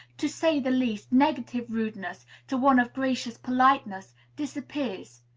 to say the least, negative rudeness to one of gracious politeness disappears.